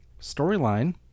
Storyline